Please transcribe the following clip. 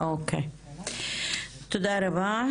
תודה רבה.